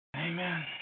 Amen